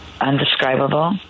undescribable